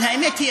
אבל האמת היא,